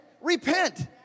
repent